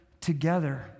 together